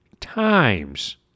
times